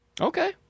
Okay